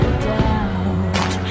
doubt